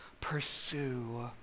pursue